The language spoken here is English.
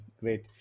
Great